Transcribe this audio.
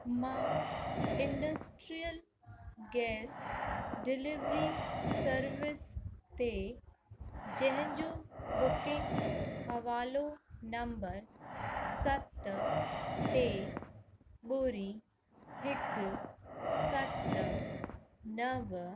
मां industrial gas delivery service ते जंहिंजो बुकिंग हवालो नम्बर सत टे ॿुड़ी हिकु सत नव